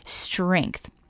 strength